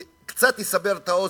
קצת אסבר את האוזן.